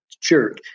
jerk